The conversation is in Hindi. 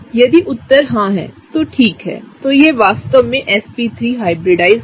यदि उत्तर हाँ है तो ठीक है तो यह वास्तव मेंsp3हाइब्रिडाइज्ड है